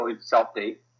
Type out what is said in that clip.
self-date